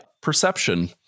perception